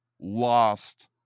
lost